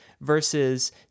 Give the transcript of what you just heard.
versus